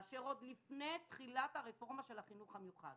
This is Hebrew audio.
כאשר עוד לפני תחילת הרפורמה של החינוך המיוחד